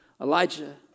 Elijah